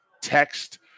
text